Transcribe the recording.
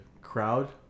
crowd